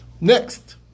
Next